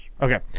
Okay